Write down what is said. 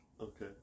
Okay